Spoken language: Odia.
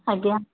ଆଜ୍ଞା